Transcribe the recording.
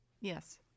Yes